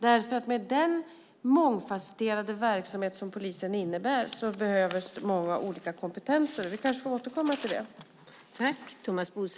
I den mångfasetterade verksamhet som polisen har behövs det många olika kompetenser. Vi kanske får återkomma till det.